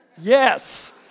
Yes